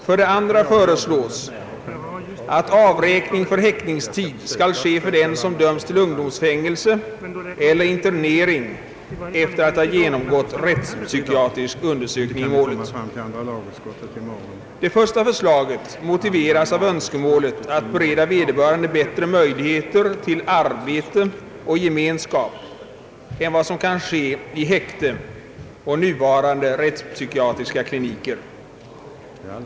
För det andra föreslås att avräkning för häktningstid skall ske för den som dömts till ungdomsfängelse eller internering efter att ha genomgått rättspsykiatrisk undersökning i målet. Det första förslaget motiveras av Önskemålet att bereda vederbörande bättre möjligheter till arbete och gemenskap än vad som kan ske i häkte och på nuvarande rättspsykiatriska kliniker.